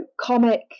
comic